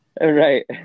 Right